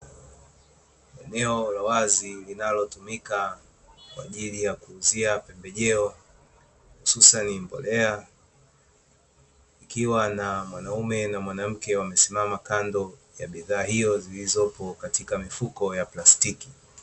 Eneo la wazi linalotumika kwajili ya kuuzia pembejeo hususani mbolea likiwa na mwanamke na mwanaume, wakiwa wamesimama kando ya bidhaa hizo zilizopo katika mifuko ya plastiki.